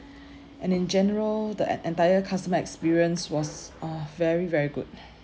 and in general the e~ entire customer experience was uh very very good